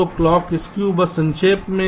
तो clock skew बस संक्षेप में